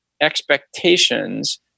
expectations